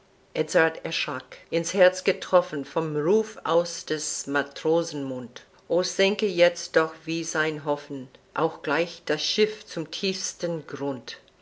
land edzard erschrak ins herz getroffen vom ruf aus des matrosen mund o sänke jetzt doch wie sein hoffen auch gleich das schiff zum tiefsten grund